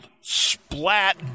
splat